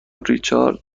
ریچارد